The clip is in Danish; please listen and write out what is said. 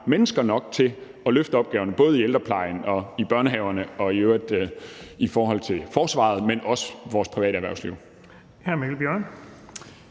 mennesker nok til at løfte opgaven, både i ældreplejen og i børnehaverne og i øvrigt i forhold til forsvaret, men også i forhold til vores private erhvervsliv.